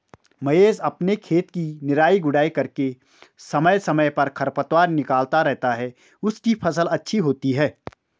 महेश अपने खेत की निराई गुड़ाई करके समय समय पर खरपतवार निकलता रहता है उसकी फसल अच्छी होती है